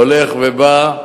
הולך ובא.